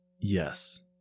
Yes